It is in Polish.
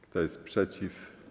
Kto jest przeciw?